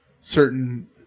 certain